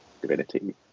divinity